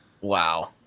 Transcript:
Wow